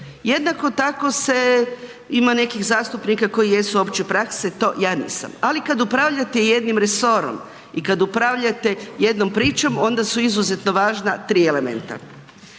Jednako tako ima nekih zastupnika koji jesu opće prakse, to ja nisam ali kad upravljate jednim resorom i kad upravljate jednom pričom onda su izuzetno važna tri elementa.